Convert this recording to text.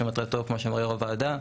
וכמו שאמר יו"ר הוועדה,